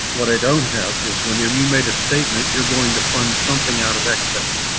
what i don't have is whenever you made a statement, you're going to fund something out of excess.